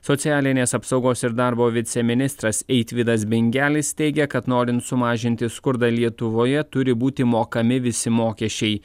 socialinės apsaugos ir darbo viceministras eitvydas bingelis teigia kad norint sumažinti skurdą lietuvoje turi būti mokami visi mokesčiai